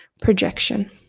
projection